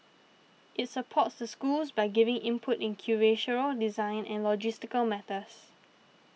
it supports the schools by giving input in curatorial design and logistical matters